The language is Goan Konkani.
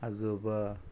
आजोबा